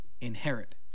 inherit